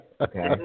okay